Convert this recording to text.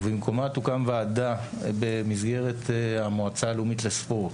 ובמקומה תוקם ועדה, במסגרת המועצה הלאומית לספורט,